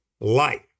Light